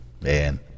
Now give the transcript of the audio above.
Man